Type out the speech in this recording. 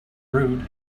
rude